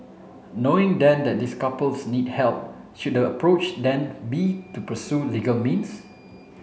knowing then that this couples need help should approach then be to pursue legal means